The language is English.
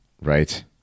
Right